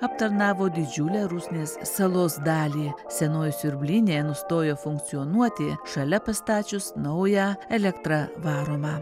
aptarnavo didžiulę rusnės salos dalį senoji siurblinė nustojo funkcionuoti šalia pastačius naują elektra varomą